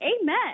Amen